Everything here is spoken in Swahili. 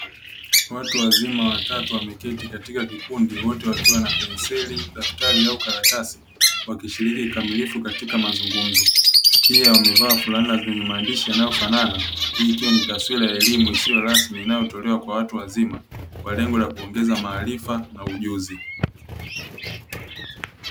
Watu wazima watatu wameketi katika kikundi wote wakiwa na penseli, daftari au karatasi wakishiriki kikamilifu katika mazungumzo, pia wamevaa fulana zenye maandishi yanayofanana hii ikiwa ni taswira ya elimu isiyo rasmi inayotolewa kwa watu wazima kwa lengo la kuongeza maarifa na ujuzi.